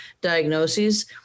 diagnoses